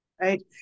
right